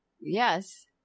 yes